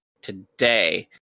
today